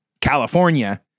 California